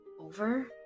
over